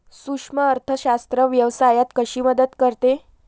सूक्ष्म अर्थशास्त्र व्यवसायात कशी मदत करते?